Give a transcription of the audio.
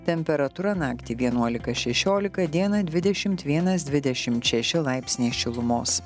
temperatūra naktį vienuolika šešiolika dieną dvidešimt vienas dvidešim šeši laipsniai šilumos